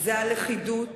זה הלכידות,